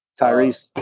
Tyrese